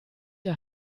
ihr